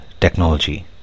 technology